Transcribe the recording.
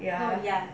ya